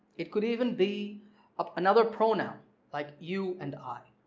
it could even be um another pronoun like you and i.